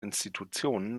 institutionen